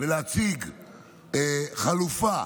ולהציג חלופה